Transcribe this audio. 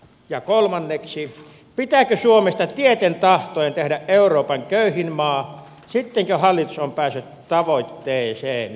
ja kolmanneksi pitääkö suomesta tieten tahtoen tehdä euroopan köyhin maa sittenkö hallitus on päässyt tavoitteeseensa häh